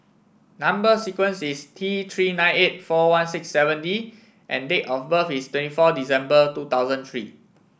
number sequence is T Three nine eight four one six seven D and date of birth is twenty four December two thousand three